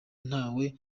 ntawe